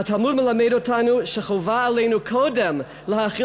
והתלמוד מלמד אותנו שחובה עלינו קודם להאכיל